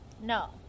No